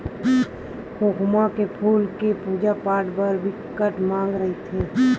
खोखमा के फूल के पूजा पाठ बर बिकट मांग रहिथे